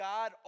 God